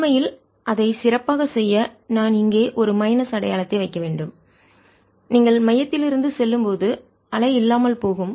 உண்மையில் அதைச் சிறப்பாகச் செய்ய நான் இங்கே ஒரு மைனஸ் அடையாளத்தை வைக்க வேண்டும் Aexp kx vt2 நீங்கள் மையத்திலிருந்து செல்லும்போது அலை இல்லாமல் போகும்